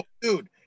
dude